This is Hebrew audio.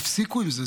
תפסיקו עם זה.